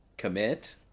Commit